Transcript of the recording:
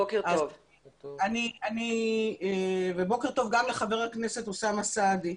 בוקר טוב גם לחבר הכנסת אוסאמה סעדי.